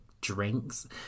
drinks